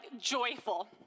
joyful